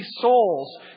souls